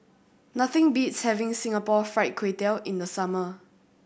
nothing beats having Singapore Fried Kway Tiao in the summer